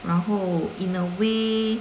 然后 in a way